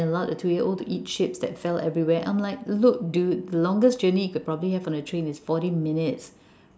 and allowed the two year old to eat chips that fell everywhere I'm like look dude the longest journey you could probably have on the train is forty minutes